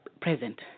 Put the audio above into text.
present